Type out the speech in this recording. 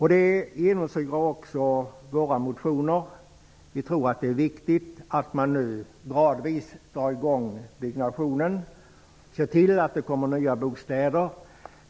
Det genomsyrar också våra motioner. Vi tror att det är viktigt att man nu gradvis drar i gång byggnationen och ser till att det kommer nya bostäder.